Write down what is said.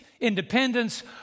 independence